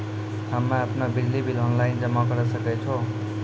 हम्मे आपनौ बिजली बिल ऑनलाइन जमा करै सकै छौ?